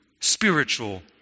spiritual